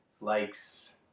likes